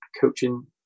coaching